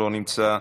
לא נמצא,